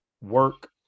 work